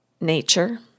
Nature